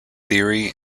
theory